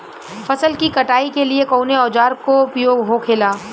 फसल की कटाई के लिए कवने औजार को उपयोग हो खेला?